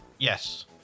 Yes